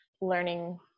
learning